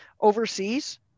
overseas